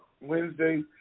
Wednesday